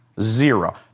zero